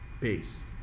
Peace